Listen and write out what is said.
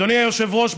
אדוני היושב-ראש,